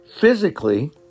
physically